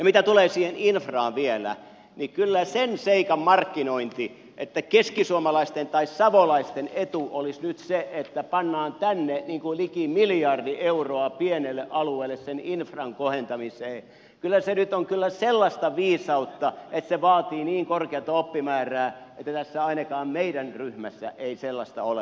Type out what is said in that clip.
mitä tulee siihen infraan vielä niin kyllä sen seikan markkinointi että keskisuomalaisten tai savolaisten etu olisi nyt se että pannaan tänne liki miljardi euroa pienelle alueelle sen infran kohentamiseen nyt on kyllä sellaista viisautta että se vaatii niin korkeata oppimäärää että ainakaan tässä meidän ryhmässä ei sellaista ole